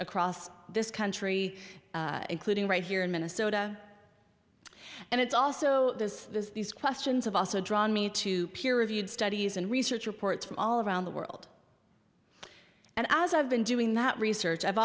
across this country including right here in minnesota and it's also this is these questions of also draw me to peer reviewed studies and research reports from all around the world and as i've been doing that research i've